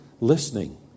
listening